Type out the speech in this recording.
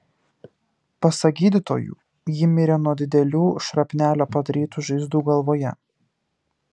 pasak gydytojų ji mirė nuo didelių šrapnelio padarytų žaizdų galvoje